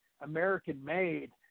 American-made